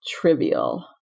trivial